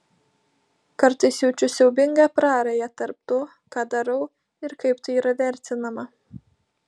kartais jaučiu siaubingą prarają tarp to ką darau ir kaip tai yra vertinama